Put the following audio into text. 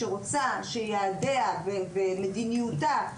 שרוצה שיעדיה ומדיניותה יוגשמו,